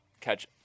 catch